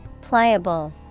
Pliable